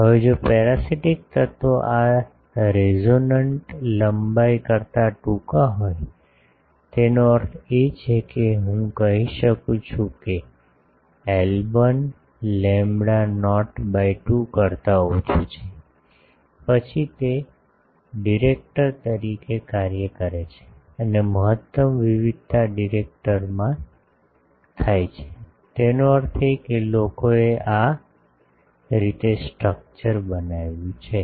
હવે જો પેરાસિટિક તત્વ આ રેસોનન્ટ લંબાઈ કરતા ટૂંકા હોય તેનો અર્થ છે કે હું કહી શકું છું કે એલ 1 લેમ્બડા નોટ બાય 2 કરતા ઓછું છે પછી તે ડિરેક્ટર તરીકે કાર્ય કરે છે અને મહત્તમ વિવિધતા ડિરેક્ટરમાં થાય છે તેનો અર્થ એ કે લોકોએ આ રીતે સ્ટ્રક્ચર બનાવ્યું છે